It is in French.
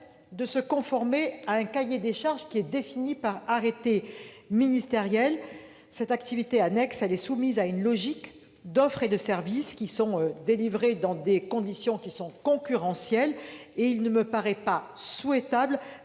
de se conformer à un cahier des charges défini par arrêté ministériel. Cette activité annexe est soumise à une logique d'offre de service délivrée dans des conditions concurrentielles. Il ne me paraît pas souhaitable